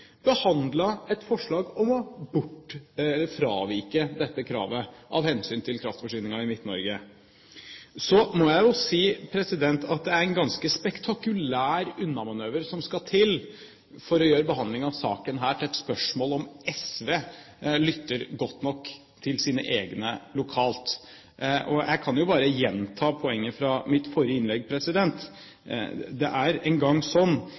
et forslag om å fravike dette kravet av hensyn til kraftforsyningen i Midt-Norge. Så må jeg jo si at det er en ganske spektakulær unnamanøver som skal til for å gjøre behandlingen av denne saken til et spørsmål om SV lytter godt nok til sine egne lokalt. Jeg kan jo bare gjenta poenget fra mitt forrige innlegg. Det er engang sånn at hvis representanten Røbekk Nørve og Høyre hadde hatt en